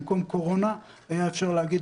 במקום קורונה היה אפשר להגיד,